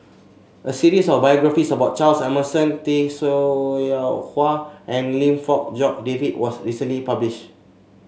a series of biographies about Charles Emmerson Tay Seow Huah and Lim Fong Jock David was recently publish